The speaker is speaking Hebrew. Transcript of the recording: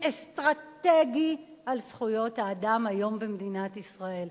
אסטרטגי על זכויות האדם היום במדינת ישראל.